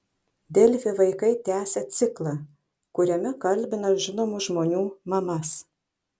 delfi vaikai tęsia ciklą kuriame kalbina žinomų žmonių mamas